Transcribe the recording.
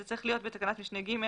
זה צריך להיות: בתקנת משנה (ג),